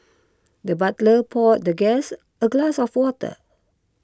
the butler poured the guest a glass of water